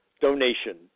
donation